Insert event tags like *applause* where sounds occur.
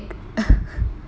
and then you went clinic *laughs*